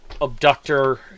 Abductor